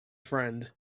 friend